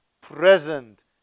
present